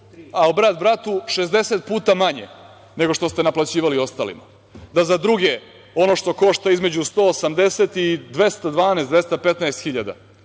ali brat bratu 60 puta manje nego što ste naplaćivali ostalima, da za druge ono što košta između 180 i 212, 215 hiljada,